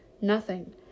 Nothing